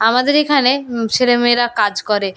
আমাদের এখানে ছেলেমেয়েরা কাজ করে